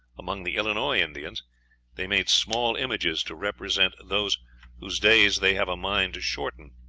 among the illinois indians they made small images to represent those whose days they have a mind to shorten,